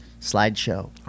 slideshow